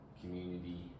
community